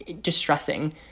distressing